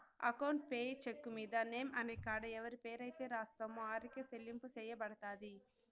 account payee cheque మీద name అనే కాడ ఎవరి పేరైతే రాస్తామో ఆరికే సెల్లింపు సెయ్యబడతది